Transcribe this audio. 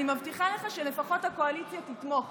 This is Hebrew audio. ואני מבטיחה לך שלפחות הקואליציה תתמוך,